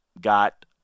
got